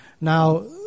Now